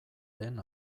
den